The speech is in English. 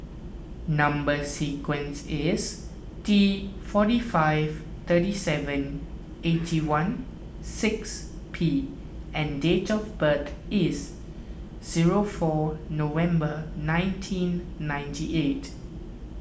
Number Sequence is T forty five thirty seven eighty one six P and date of birth is zero four November nineteen ninety eight